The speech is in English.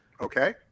Okay